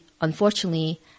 unfortunately